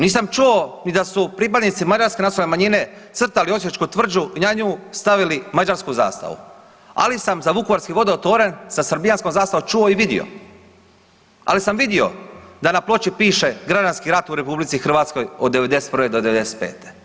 Nisam čuo ni da su pripadnici mađarske nacionalne manjine crtali Osječku tvrđu i na nju stavili mađarsku zastavu, ali sam za Vukovarski vodotoranj sa srbijanskom zastavom čuo i vidio, ali sam vidio da na ploči piše „građanski rat u RH od '91. do '95.